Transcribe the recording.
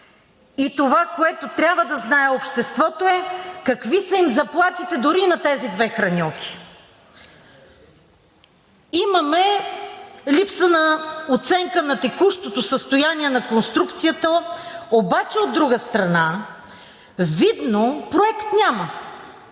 И това, което трябва да знае обществото, е какви са им заплатите на тези две хранилки. Имаме липса на оценка на текущото състояние на конструкцията, обаче, от друга страна, видно, проект няма.